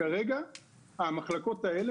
כרגע המחלקות האלה